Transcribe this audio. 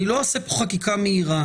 אני לא עושה פה חקיקה מהירה.